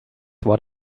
what